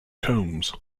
combs